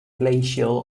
glacial